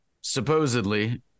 supposedly